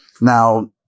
Now